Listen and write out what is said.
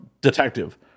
detective